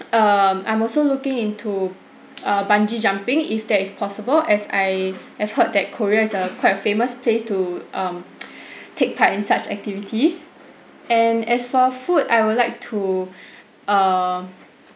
um I'm also looking into uh bungee jumping if that is possible as I have heard that korea is a quite famous place to um take part in such activities and as for food I would like to um